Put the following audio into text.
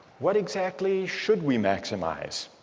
what exactly should we maximize?